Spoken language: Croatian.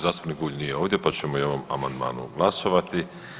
Zastupnik Bulj nije ovdje pa ćemo i ovom amandmanu glasovati.